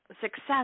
success